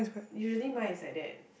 usually mine is like that